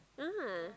ah